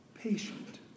patient